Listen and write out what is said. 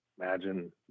Imagine